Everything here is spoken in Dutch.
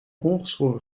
ongeschoren